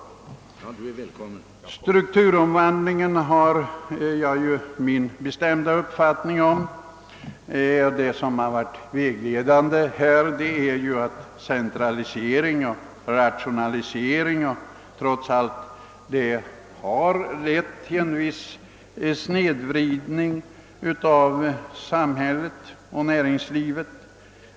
Vad strukturomvandlingen angår har jag min bestämda uppfattning om den. De centraliseringar och rationaliseringar som eftersträvas har onekligen i många fall lett till en snedvridning av näringslivet.